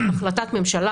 זו החלטת ממשלה,